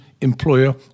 employer